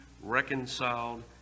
reconciled